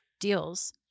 deals